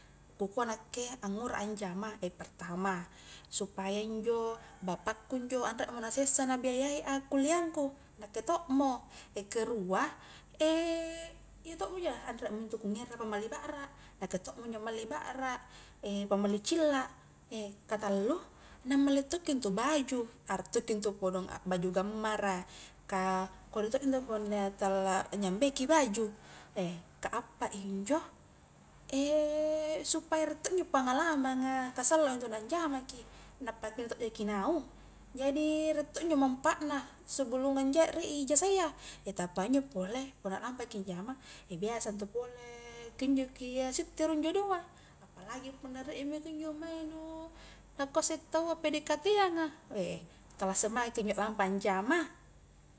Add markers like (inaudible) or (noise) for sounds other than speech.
Ku kua nakke angura anjama (hesitation) pertama, supaya injo bapakku injo anre mo na sessa na biaya i a kulliang ku, nakke tokmo, (hesitation) ke rua, (hesitation) iya tokmo injo, anre mo intu ku ngera pammali bakra, nakke tokmo injo malli bakra, (hesitation) pamalli cilla, (hesitation) katallu na malli tokki intu baju, arak tokki intu kodong akbaju gammara, ka kodi to intu punna iya tala anyambei ki baju (hesitation) ka appa injo, (hesitation) supaya riek to injo pengalamanga ka sallo intu na anjama ki, nappa kinjo tok jaki naung, jadi riek to injo manfaat na sebelung (unintelligible) riek ijaza iya, (hesitation) tappa injo pole, punna lampaki anjama, (hesitation) biasa intu pole kunjo ki (hesitation) sitte rung jodoa, apalagi punna riek i mae kunjo mae nu nakua isse taua pedekateang a we tala semanga' ki injo lampa anjama.